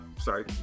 sorry